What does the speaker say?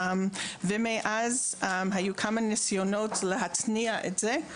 מאז היו כמה ניסיונות להתניע את זה.